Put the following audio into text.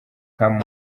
nka